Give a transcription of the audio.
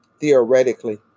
Theoretically